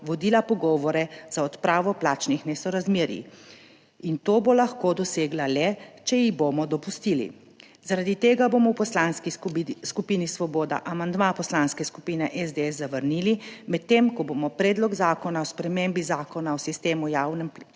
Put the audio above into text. vodila pogovore za odpravo plačnih nesorazmerij. In to bo lahko dosegla le, če ji bomo dopustili. Zaradi tega bomo v Poslanski skupini Svoboda amandma Poslanske skupine SDS zavrnili, medtem ko bomo Predlog zakona o spremembi Zakona o sistemu plač